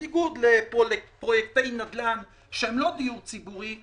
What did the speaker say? בניגוד לפרוייקטי נדל"ן שהם לא דיור ציבורי,